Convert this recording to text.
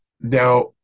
Now